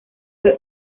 fue